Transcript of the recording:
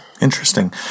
Interesting